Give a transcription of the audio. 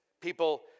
people